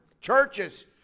Churches